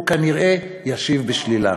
הוא כנראה ישיב בשלילה.